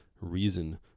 reason